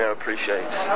appreciates